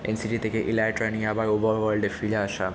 and city থেকে elytra নিয়ে আবার ওভারওয়ার্ল্ডে ফিরে আসা